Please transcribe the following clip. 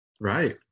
Right